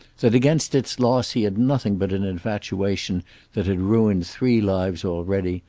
that against its loss he had nothing but an infatuation that had ruined three lives already,